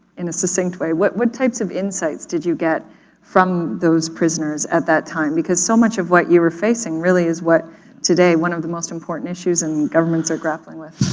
in a succinct way, what what types of insights did you get from those prisoners at that time? because so much of what you were facing really is what today, one of the most important issues and governments are grappling with.